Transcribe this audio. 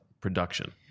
production